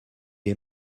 est